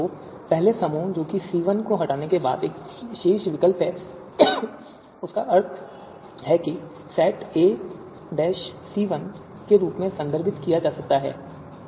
तो पहले समूह जो कि C1 है को हटाने के बाद जो शेष विकल्प हैं उनका अर्थ है कि अब सेट को A C1 के रूप में संदर्भित किया जा सकता है